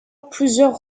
plusieurs